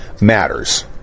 matters